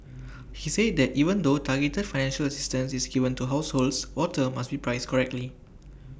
he said that even though targeted financial assistance is given to households water must be priced correctly